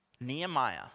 Nehemiah